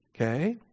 Okay